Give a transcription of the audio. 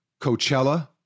Coachella